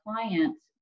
clients